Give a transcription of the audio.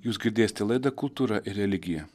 jūs girdėsite laidą kultūra ir religija